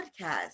podcast